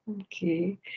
Okay